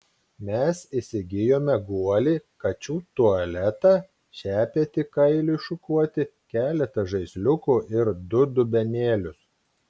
mes įsigijome guolį kačių tualetą šepetį kailiui šukuoti keletą žaisliukų ir du dubenėlius